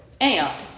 anyhow